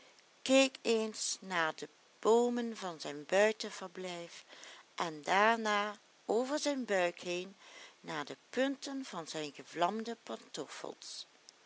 keek eens naar de boomen van zijn buitenverblijf en daarna over zijn buik heen naar de punten van zijn gevlamde pantoffels